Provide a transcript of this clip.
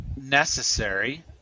necessary